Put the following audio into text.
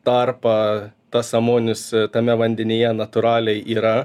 tarpą tas amonis tame vandenyje natūraliai yra